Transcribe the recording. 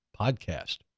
podcast